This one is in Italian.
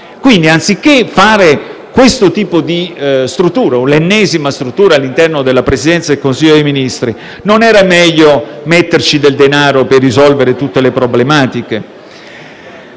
Anziché fare questo tipo di struttura - l'ennesima struttura - all'interno della Presidenza del Consiglio dei Ministri, non sarebbe stato meglio investire del denaro per risolvere tutte le problematiche?